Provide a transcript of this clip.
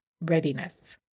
readiness